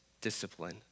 discipline